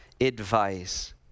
advice